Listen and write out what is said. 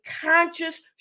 conscious